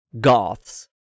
goths